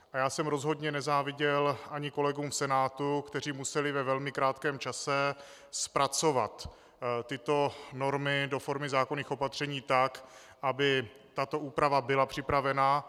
A já jsem rozhodně nezáviděl ani kolegům v Senátu, kteří museli ve velmi krátkém čase zpracovat tyto normy do formy zákonných opatření tak, aby tato úprava byla připravena.